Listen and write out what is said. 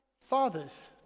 fathers